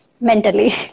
mentally